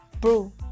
bro